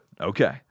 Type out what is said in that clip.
Okay